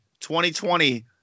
2020